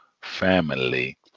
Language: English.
family